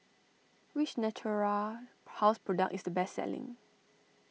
which Natura House product is the best selling